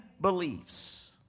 beliefs